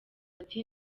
ati